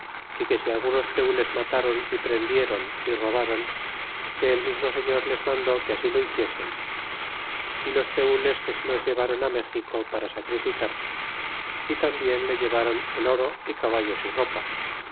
y que si algunos tenles matron y prendieron y robron que el mismo señor les mandó que así lo hiciesen y los teules que se los ileváron méxico para sacrificar y tambien le ilevron el oro y caballos y ropa